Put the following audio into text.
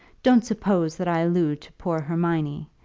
don't suppose that i allude to poor hermione,